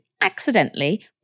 accidentally